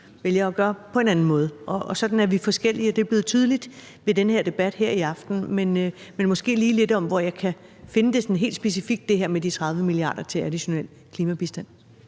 vælger at gøre på en anden måde. Sådan er vi forskellige, og det er blevet tydeligt i den her debat her i aften. Men måske kan jeg lige høre lidt om, hvor jeg kan finde det sådan helt specifikt, det her med de 30 mia. kr. til additionel klimabistand.